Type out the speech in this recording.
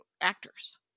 actors